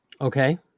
Okay